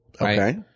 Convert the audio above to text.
Okay